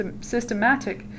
systematic